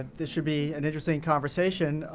this should be an interesting conversation.